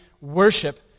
worship